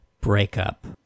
breakup